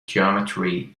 geometry